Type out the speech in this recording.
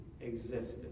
existence